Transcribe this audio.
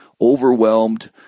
overwhelmed